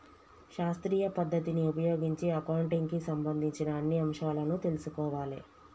శాస్త్రీయ పద్ధతిని ఉపయోగించి అకౌంటింగ్ కి సంబంధించిన అన్ని అంశాలను తెల్సుకోవాలే